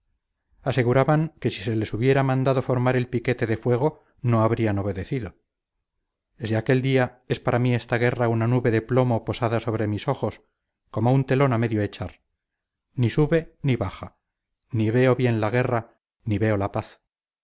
aseguraban que si se les hubiera mandado formar el piquete de fuego no habrían obedecido desde aquel día es para mí esta guerra una nube de plomo posada sobre mis ojos como un telón a medio echar ni sube ni baja ni veo bien la guerra ni veo la paz